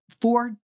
four